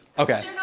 okay.